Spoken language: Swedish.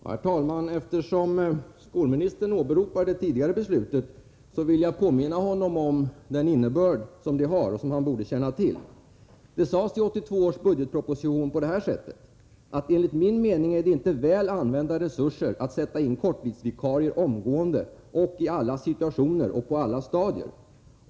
Herr talman! Eftersom skolministern åberopar det tidigare beslutet vill jag påminna honom om innebörden av detta, som han borde känna till. Det sades i 1982 års budgetproposition: ”Enligt min mening är det inte väl använda resurser att sätta in korttidsvikarier omgående och i alla situationer och på alla stadier.